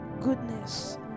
goodness